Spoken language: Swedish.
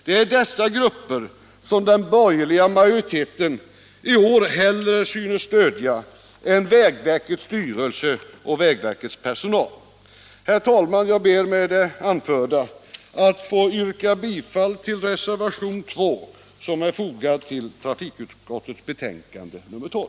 Det är dessa som den borgerliga majoriteten i år hellre synes stödja än vägverkets styrelse och personal.